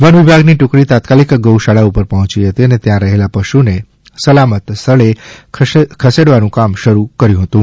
one વિભાગની ટુકડી તાત્કાલિક ગૌશાળા ઉપર પહોચી હતી અને ત્યાં રહેલા પશુને સલામત સ્થળે ખસેડવાનું કામ શરૂ કરાવ્યુ હતું